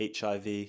HIV